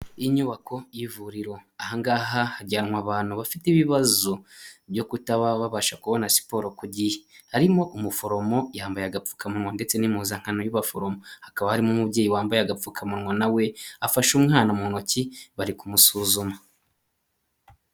Inyubako y'ivuriro, ahangaha hajyanwa abantu bafite ibibazo byo kutababasha kubona siporo ku gihe. Harimo umuforomo yambaye agapfukamunwa ndetse n'impuzankano y'abaforomo. Hakaba harimo umubyeyi wambaye agapfukamunwa nawe afashe umwana mu ntoki bari kumusuzuma.